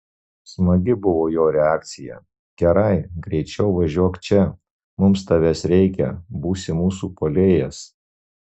smagi buvo jo reakcija gerai greičiau važiuok čia mums tavęs reikia būsi mūsų puolėjas